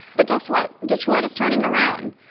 but guess what? detroit is turning around.